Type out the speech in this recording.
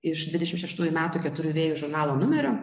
iš dvidešimt šeštųjų metų keturių vėjų žurnalo numerio